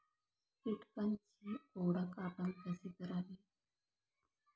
कीटकांची ओळख आपण कशी करावी?